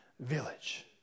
village